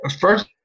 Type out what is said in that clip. first